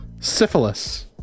syphilis